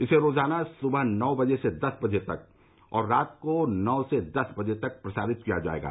इसे रोजाना सुबह नौ बजे से दस बजे तक और रात को नौ से दस बजे तक प्रसारित किया जायेगा